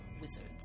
wizards